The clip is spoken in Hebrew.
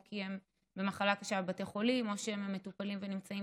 או כי הם במחלה קשה בבתי חולים או שהם מטופלים ונמצאים